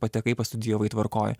patekai pastudijavai tvarkoj